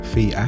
Fee